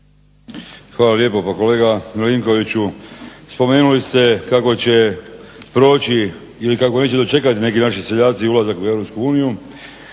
Hvala lijepo. Pa kolega Milinkoviću, spomenuli ste kako će proći ili kako neće dočekati neki naši seljaci ulazak u EU.